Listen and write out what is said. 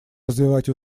развивать